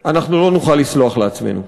אנחנו לא נוכל לסלוח לעצמנו.